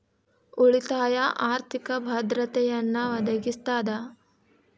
ಉಳಿತಾಯ ಆರ್ಥಿಕ ಭದ್ರತೆಯನ್ನ ಒದಗಿಸ್ತದ